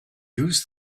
use